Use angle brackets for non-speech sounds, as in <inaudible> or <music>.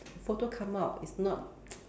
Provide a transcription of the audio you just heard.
photo come out it's not <noise>